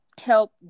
help